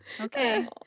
okay